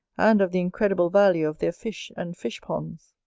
and of the incredible value of their fish and fish-ponds.